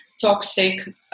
toxic